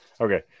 Okay